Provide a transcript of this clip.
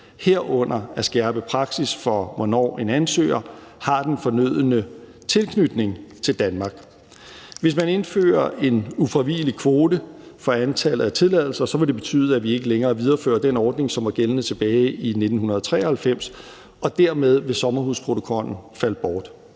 herunder at skærpe praksis for, hvornår en ansøger har den fornødne tilknytning til Danmark. Hvis man indfører en ufravigelig kvote for antallet af tilladelser, vil det betyde, at vi ikke længere viderefører den ordning, som var gældende tilbage i 1993, og dermed vil sommerhusprotokollen falde bort.